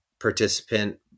participant